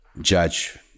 judge